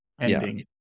ending